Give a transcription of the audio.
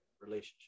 relationship